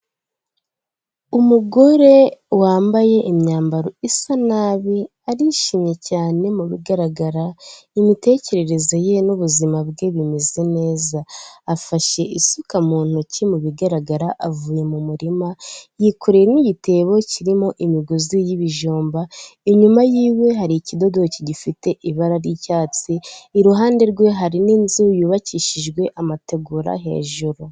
Umugore wambaye imyambaro isa nabi arishimye cyane mu bigaragara imitekerereze ye n'ubuzima bwe bimeze neza, afashe isuka mu ntoki mu bigaragara avuye mu murima yikoreye n'igitebo kirimo imigozi y'ibijumba, inyuma y'iwe hari ikidodoki gifite ibara ry'icyatsi, iruhande rwe hari n'inzu yubakishijwe amategura hejuru.